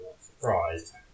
surprised